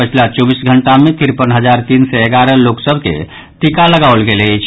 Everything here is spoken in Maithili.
पछिला चौबीस घंटा मे तिरपन हजार तीन सय एगारह लोक सभ के टीका लगाओल गेल अछि